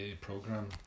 program